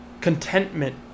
contentment